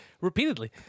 repeatedly